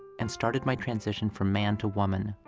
and started my transition from man to woman.